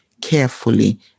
carefully